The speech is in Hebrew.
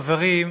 חברים,